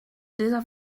der